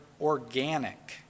organic